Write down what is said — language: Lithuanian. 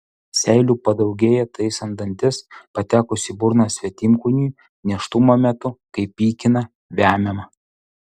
seilių padaugėja taisant dantis patekus į burną svetimkūniui nėštumo metu kai pykina vemiama